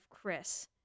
Chris